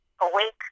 awake